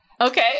Okay